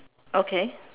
okay